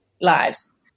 lives